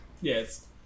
yes